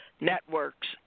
networks